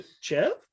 chev